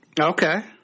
okay